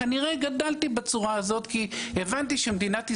כנראה גדלתי בצורה הזאת כי הבנתי שמדינת ישראל,